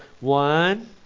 one